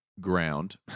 ground